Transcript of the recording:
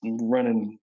running